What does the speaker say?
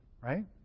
right